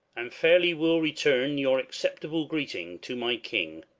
and fairly will return your acceptable greeting to my king.